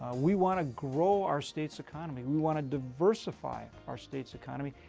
we want to grow our state's economy, we want to diversify our state's economy,